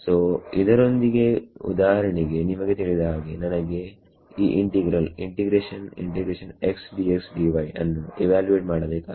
so ಇದರೊಂದಿಗೆ ಉದಾಹರಣೆಗೆ ನಿಮಗೆ ತಿಳಿದ ಹಾಗೆ ನನಗೆ ಈ ಇಂಟಿಗ್ರಲ್ ನ್ನು ಇವ್ಯಾಲುವೇಟ್ ಮಾಡಬೇಕಾಗಿದೆ